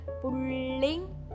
pulling